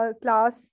class